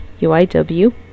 UIW